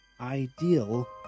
Ideal